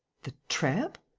the tramp?